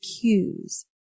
cues